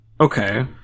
Okay